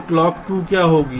तो क्लॉक 2 क्या होगी